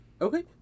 Okay